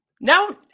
Now